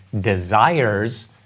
desires